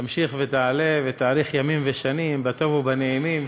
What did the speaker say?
תמשיך ותעלה, ותאריך ימים ושנים בטוב ובנעימים,